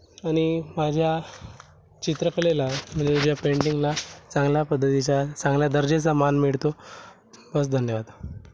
आणि माझ्या चित्रकलेला म्हणजे ज्या पेंटिंगला चांगल्या पद्धतीच्या चांगल्या दर्जाचा मान मिळतो बस धन्यवाद